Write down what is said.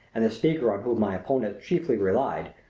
and the speaker on whom my opponent chiefly relied,